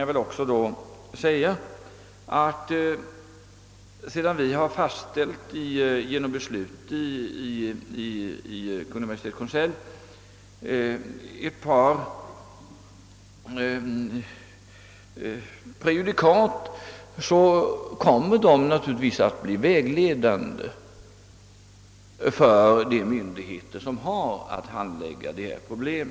Låt mig härefter säga, att sedan vi genom beslut i Kungl. Maj:ts konselj fastställt ett par prejudikat kommer de naturligtvis därefter att bli vägledande för de myndigheter som har att handlägga dessa problem.